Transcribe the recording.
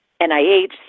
NIH